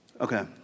Okay